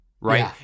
Right